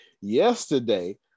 yesterday